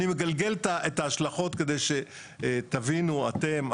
אני מגלגל את ההשלכות כדי שתבינו אתם,